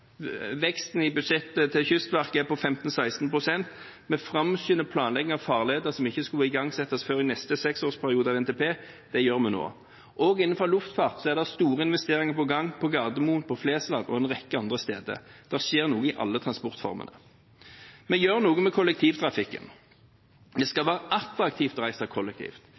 Veksten i budsjettet til Kystverket er på 15 pst.–16 pst. Vi framskynder planleggingen av farleder som ikke skulle igangsettes før i neste seksårsperiode av NTP. Det gjør vi nå. Også innenfor luftfart er det store investeringer på gang – på Gardermoen, på Flesland og en rekke andre steder. Det skjer noe innen alle transportformene. Vi gjør noe med kollektivtrafikken. Det skal være attraktivt å reise kollektivt.